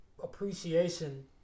appreciation